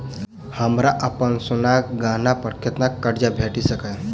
हमरा अप्पन सोनाक गहना पड़ कतऽ करजा भेटि सकैये?